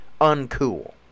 uncool